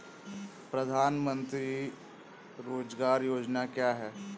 प्रधानमंत्री रोज़गार योजना क्या है?